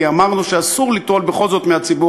כי אמרנו שאסור ליטול בכל זאת מהציבור